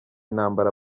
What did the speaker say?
intambara